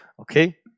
okay